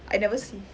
I never see